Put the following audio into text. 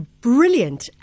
brilliant